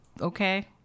okay